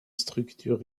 structure